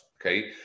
okay